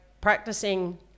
practicing